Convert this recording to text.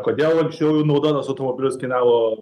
kodėl anksčiau naudotas automobilis kainavo